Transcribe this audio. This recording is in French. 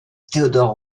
theodore